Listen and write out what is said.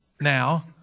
now